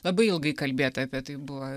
labai ilgai kalbėta apie tai buvo